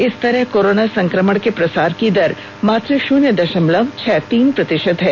इस तरह कोरोना संक्रमण के प्रसार की दर मात्र शन्य दशमलव छह तीन प्रतिशत है